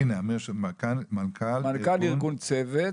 אני מנכ"ל ארגון צוות,